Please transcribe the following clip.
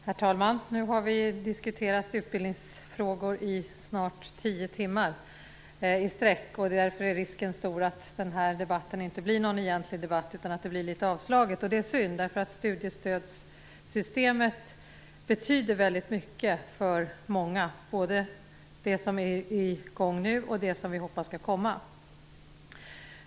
Herr talman! Nu har vi diskuterat utbildningsfrågor i snart tio timmar i sträck, och därför är risken stor att den här debatten inte blir någon egentlig debatt utan att det blir litet avslaget. Det är synd, därför att studiestödssystemet betyder väldigt mycket för många, både det som är i gång nu och det som vi hoppas skall komma.